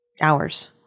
hours